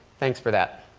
thanks for that.